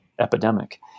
epidemic